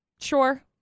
Sure